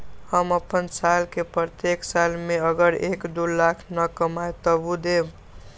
हम अपन साल के प्रत्येक साल मे अगर एक, दो लाख न कमाये तवु देम?